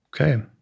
Okay